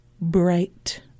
bright